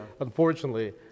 unfortunately-